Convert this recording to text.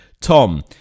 Tom